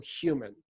human